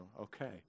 Okay